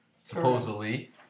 supposedly